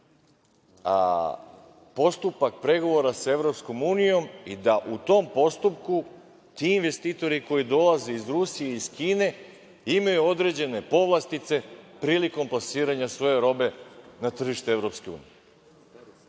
postupak pregovora sa EU i da u tom postupku ti investitori koji dolaze iz Rusije i Kine imaju određene povlastice prilikom plasiranja svoje robe na tržište EU.